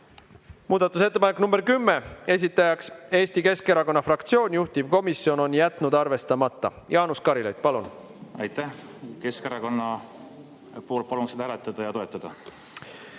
Muudatusettepanek nr 10, esitajaks Eesti Keskerakonna fraktsioon, juhtivkomisjon on jätnud arvestamata. Jaanus Karilaid, palun! Aitäh! Keskerakonna poolt palun seda hääletada ja toetada.